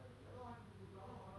err youth version